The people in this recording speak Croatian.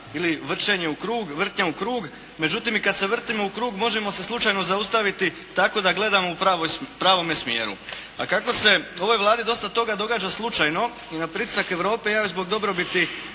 figura ili vrtnja u krug. Međutim, i kad se vrtimo u krug možemo se slučajno zaustaviti tako da gledamo u pravome smjeru. A kako se ovoj Vladi dosta toga događa slučajno i na pritisak Europe ja zbog dobrobiti